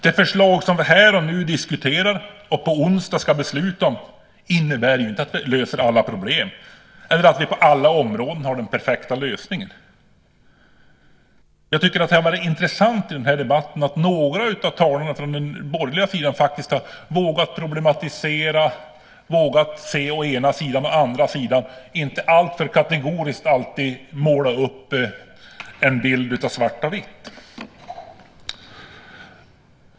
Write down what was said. Det förslag som vi här och nu diskuterar och på onsdag ska besluta om innebär inte att vi löser alla problem eller att vi på alla områden har den perfekta lösningen. Jag tycker att det har varit intressant i debatten att några av talarna från den borgerliga sidan har vågat problematisera och vågat se saker å ena sidan och å andra sidan. De har inte alltför kategoriskt målat upp en bild av svart och vitt.